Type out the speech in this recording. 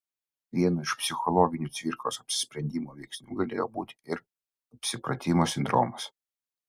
vienu iš psichologinių cvirkos apsisprendimo veiksnių galėjo būti ir apsipratimo sindromas